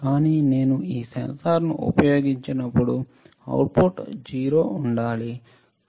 కానీ నేను ఈ సెన్సార్ను ఉపయోగించనప్పుడు అవుట్పుట్ 0 ఉండాలి